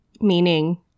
meaning